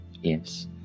Yes